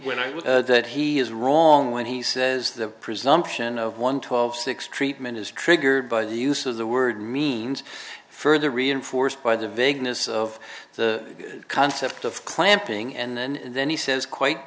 when i would that he is wrong when he says the presumption of one twelve six treatment is triggered by the use of the word means further reinforced by the vagueness of the concept of clamping and then he says quite